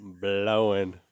blowing